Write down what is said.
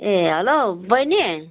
ए hello बैनी